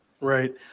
Right